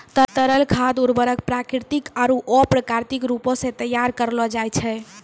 तरल खाद उर्वरक प्राकृतिक आरु अप्राकृतिक रूपो सें तैयार करलो जाय छै